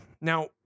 Now